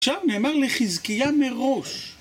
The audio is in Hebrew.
עכשיו נאמר לחזקיה מראש